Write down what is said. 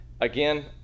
Again